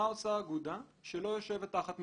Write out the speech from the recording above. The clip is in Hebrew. מה עושה אגודה שלא יושבת תחת מרכז.